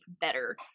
better